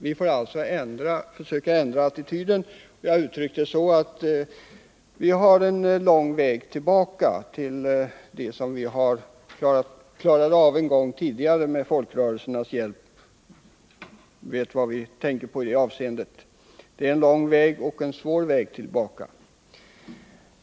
Vi får alltså försöka ändra attityderna. Vi har uttryckt detta så att vi har en lång och svår väg att vandra innan vi kommer tillbaka dit där vi en gång var när vi med folkrörelsernas hjälp hade klarat av detta.